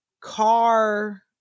car